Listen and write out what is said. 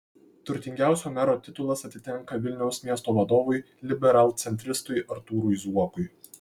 turtingiausio mero titulas atitenka vilniaus miesto vadovui liberalcentristui artūrui zuokui